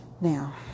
Now